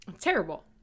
Terrible